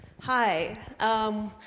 Hi